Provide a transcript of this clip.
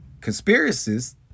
Conspiracists